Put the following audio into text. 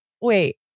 wait